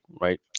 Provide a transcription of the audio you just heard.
right